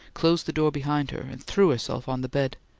closed the door behind her, and threw herself on the bed.